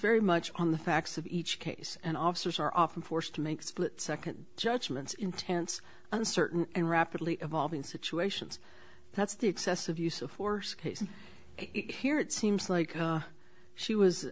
very much on the facts of each case and officers are often forced to make split second judgments intense uncertain and rapidly evolving situations that's the excessive use of force case here it seems like she was